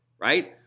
Right